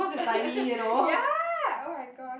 ya oh-my-gosh